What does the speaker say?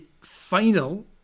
final